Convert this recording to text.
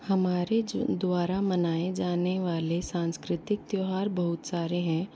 हमारे द्वारा मनाए जाने वाले साँस्कृतिक त्यौहार बहुत सारे हैं